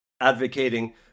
advocating